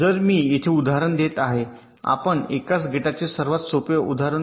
जसे मी येथे उदाहरण देत आहे आपण एकाच गेटचे सर्वात सोपा उदाहरण घेऊ